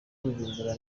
bujumbura